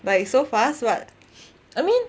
like so fast but I mean